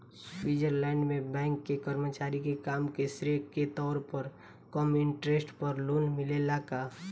Switzerland में bank के कर्मचारी के काम के श्रेय के तौर पर कम इंटरेस्ट पर लोन मिलेला का?